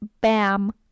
bam